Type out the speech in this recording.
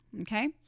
okay